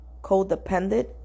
codependent